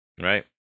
Right